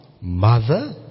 mother